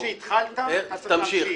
איך שהתחלת אתה צריך להמשיך.